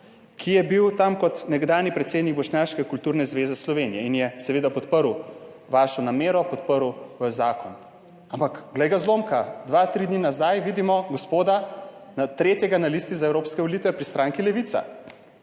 ki je bil tam kot nekdanji predsednik Bošnjaške kulturne zveze Slovenije in je seveda podprl vašo namero, podprl vaš zakon. Ampak glej ga zlomka, dva, tri dni nazaj vidimo tega gospoda in je tretji na listi za evropske volitve pri stranki Levica!